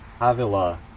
Avila